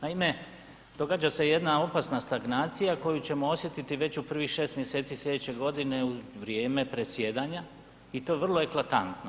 Naime, događa se jedna opasna stagnacija koju ćemo osjetiti već u prvih 6 mj. slijedeće godine u vrijeme predsjedanja i to vrlo eklatantno.